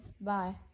Bye